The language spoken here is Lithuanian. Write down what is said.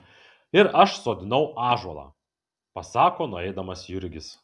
ir aš sodinau ąžuolą pasako nueidamas jurgis